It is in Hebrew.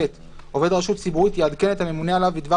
עובד רשות ציבורית יעדכן את הממונה עליו בדבר